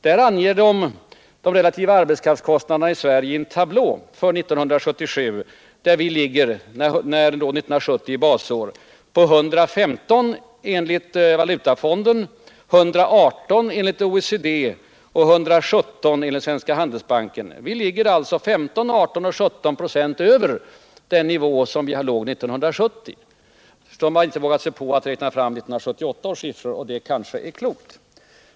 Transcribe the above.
Där anges de relativa arbetskraftskostnaderna i Sverige år 1977 i en tablå. Med 1970 som basår låg vi år 1977 på 115 enligt valutafonden, på 118 enligt OECD och på 117 enligt Svenska Handelsbanken. Vi låg alltså 15, 18 och 17 96 över den nivå som vi låg på år 1970. Man har inte vågat sig på att räkna fram 1978 års siffror, och det är kanske klokt.